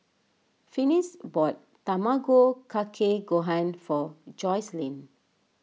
Finis bought Tamago Kake Gohan for Joycelyn